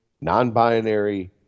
non-binary